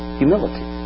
humility